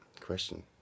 question